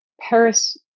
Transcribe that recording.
Paris